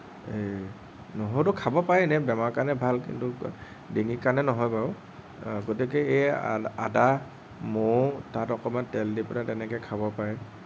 এই নহৰুটো খাব পাৰে এনে বেমাৰৰ কাৰণে ভাল কিন্তু ডিঙিৰ কাৰণে নহয় বাৰু গতিকে এই আদা মৌ অকণমান তেল দি তেনেকে খাব পাৰে